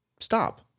stop